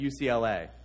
UCLA